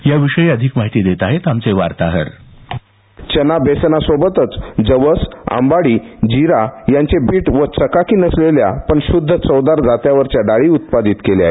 याविषयी अधिक माहिती देत आहेत आमचे वार्ताहर चन्ना बेसनासोबतच जवस आंबाडी जिरा यांचं पीठ व चकाकी नसलेल्या पण श़ुद्ध चवदार जात्यावरच्या डाळी उत्पादित केल्या आहेत